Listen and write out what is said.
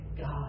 God